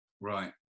Right